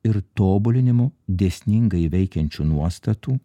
ir tobulinimu dėsningai veikiančių nuostatų